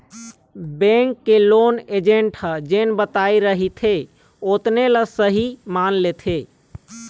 bank के loan agent ह जेन बताए रहिथे ओतने ल सहीं मान लेथे